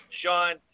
Sean